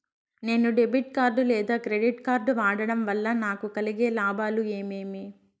నేను debit card లేదా credit card వాడడం వల్ల నాకు కలిగే లాభాలు ఏమేమీ?